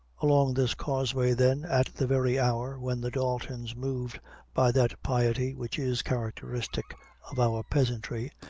along this causeway, then, at the very hour when the daltons, moved by that piety which is characteristic of our peasantry,